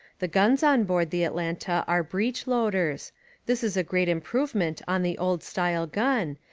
the guns on board the atlanta are breech loaders this is a great improvement on the old-style gun,